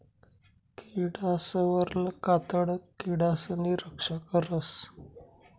किडासवरलं कातडं किडासनी रक्षा करस